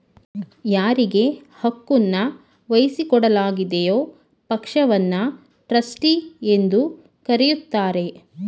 ಯಾರಿಗೆ ಹಕ್ಕುನ್ನ ವಹಿಸಿಕೊಡಲಾಗಿದೆಯೋ ಪಕ್ಷವನ್ನ ಟ್ರಸ್ಟಿ ಎಂದು ಕರೆಯುತ್ತಾರೆ